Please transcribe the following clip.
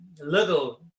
little